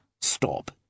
Stop